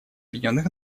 объединенных